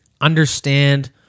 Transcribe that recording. understand